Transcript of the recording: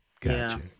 Gotcha